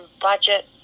budget